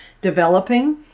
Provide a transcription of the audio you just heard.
developing